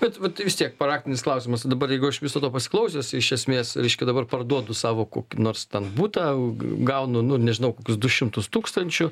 bet vat vis tiek praktinis klausimas va dabar jeigu aš viso to pasiklausęs iš esmės reiškia dabar parduodu savo kokį nors ten butą gaunu nu nežinau kokius du šimtus tūkstančių